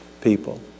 people